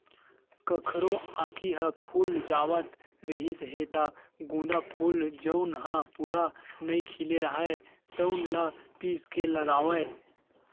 कखरो आँखी ह फूल जावत रिहिस हे त गोंदा फूल जउन ह पूरा नइ खिले राहय तउन ल पीस के लगावय